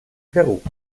peru